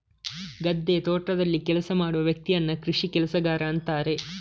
ಗದ್ದೆ, ತೋಟದಲ್ಲಿ ಕೆಲಸ ಮಾಡುವ ವ್ಯಕ್ತಿಯನ್ನ ಕೃಷಿ ಕೆಲಸಗಾರ ಅಂತಾರೆ